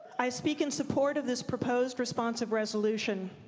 i speak in support of this proposed responsive resolution.